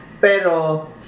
Pero